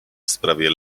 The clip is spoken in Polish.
sprawie